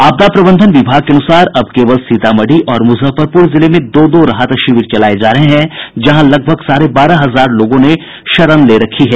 आपदा प्रबंधन विभाग के अनुसार अब केवल सीतामढ़ी और मूजफ्फरपूर जिले में दो दो राहत शिविर चलाये जा रहे हैं जहां लगभग साढ़े बारह हजार लोगों ने शरण ले रखी है